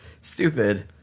stupid